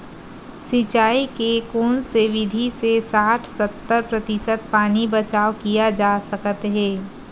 सिंचाई के कोन से विधि से साठ सत्तर प्रतिशत पानी बचाव किया जा सकत हे?